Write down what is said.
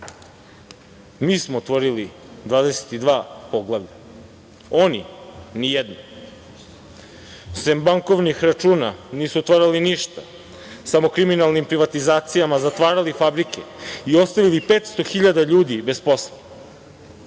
Mi smo otvorili 22 poglavlja, a oni nijedno. Sem bankovnih računa, nisu otvarali ništa. Samo kriminalnim privatizacijama zatvarali fabrike i ostavili 500 hiljada ljudi bez posla. Smeta